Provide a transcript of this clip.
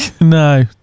No